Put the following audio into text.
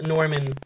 Norman